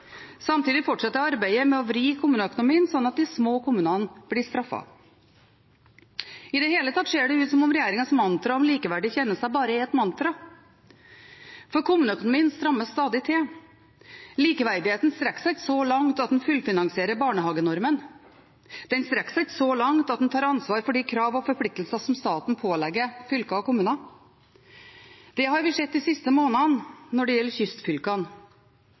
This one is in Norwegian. Samtidig fortsetter arbeidet med å vri kommuneøkonomien slik at de små kommunene blir straffet. I det hele tatt ser det ut som om regjeringens mantra om likeverdige tjenester bare er et mantra. For kommuneøkonomien strammes stadig til. Likeverdigheten strekker seg ikke så langt at man fullfinansierer barnehagenormen, den strekker seg ikke så langt at man tar ansvar for de krav og forpliktelser som staten pålegger fylker og kommuner. Det har vi sett de siste månedene når det gjelder kystfylkene.